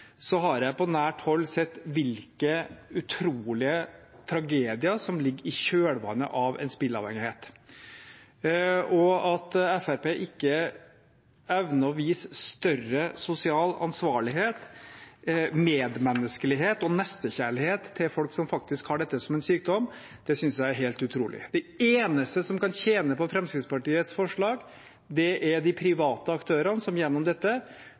har sett på nært hold hvilke utrolige tragedier som ligger i kjølvannet av en spilleavhengighet. At Fremskrittspartiet ikke evner å vise større sosial ansvarlighet, medmenneskelighet og nestekjærlighet overfor folk som faktisk har dette som en sykdom, synes jeg er helt utrolig. De eneste som kan tjene på Fremskrittspartiets forslag, er de private aktørene som gjennom dette